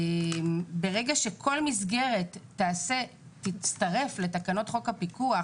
ברגע שכל מסגרת תצטרף לתקנות חוק הפיקוח,